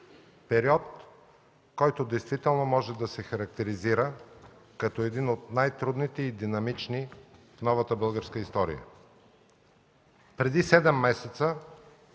период, който действително може да се характеризира като един от най-трудните и динамични в новата българска история.